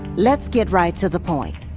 let's get right to the point.